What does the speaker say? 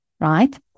right